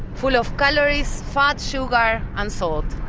full of calories, fat, sugar and salt.